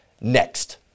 next